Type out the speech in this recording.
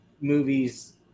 movies